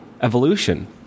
evolution